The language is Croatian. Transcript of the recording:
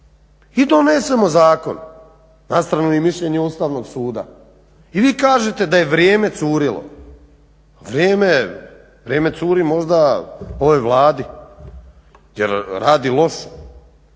i donesemo zakon. na stranu i mišljenje Ustavnog suda i vi kažete da je vrijeme curilo. Vrijeme curi možda ovoj Vladi jer radi loše.